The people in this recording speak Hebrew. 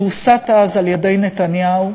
שהוסת אז על-ידי נתניהו,